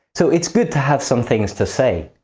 so it's good to have some things to say.